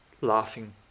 laughing